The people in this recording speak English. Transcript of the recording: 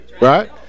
right